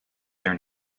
their